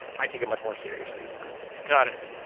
i take it much more seriously than that. got it.